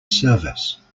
service